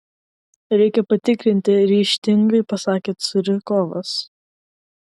reikia patikrinti ryžtingai pasakė curikovas